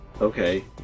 Okay